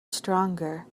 stronger